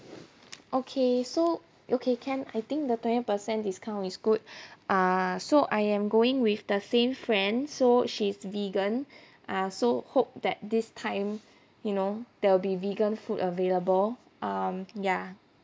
okay so okay can I think the twenty percent discount is good ah so I am going with the same friend so she's vegan ah so hope that this time you know there will be vegan food available um ya